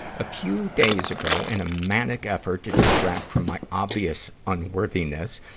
a few days ago, in a manic effort to distract from my obvious unworthiness,